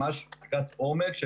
ממש בדיקת עומק,